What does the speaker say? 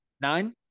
Nine